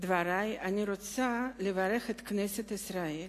דברי אני רוצה לברך את כנסת ישראל